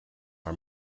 are